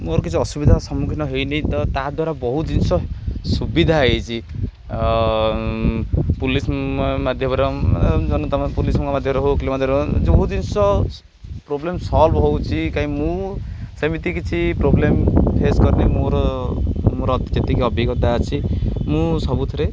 ମୋର କିଛି ଅସୁବିଧା ସମ୍ମୁଖୀନ ହେଇନି ତ ତାଦ୍ୱାରା ବହୁତ ଜିନିଷ ସୁବିଧା ହେଇଛି ପୋଲିସ ମାଧ୍ୟମରେ ଜନତମ ପୋଲିସଙ୍କ ମାଧ୍ୟମରେ ହଉ ଓକିିଲ ମାଧ୍ୟମରେ ହଉ ବହୁତ ଜିନିଷ ପ୍ରୋବ୍ଲେମ୍ ସଲ୍ଭ ହେଉଛି କାଇଁ ମୁଁ ସେମିତି କିଛି ପ୍ରୋବ୍ଲେମ୍ ଫେସ୍ କରିନି ମୋର ମୋର ଯେତିକି ଅଭିଜ୍ଞତା ଅଛି ମୁଁ ସବୁଥିରେ